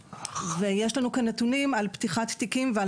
יש לנו כאן נתונים על פתיחת תיקים ועל